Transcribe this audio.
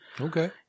Okay